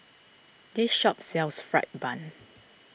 this shop sells Fried Bun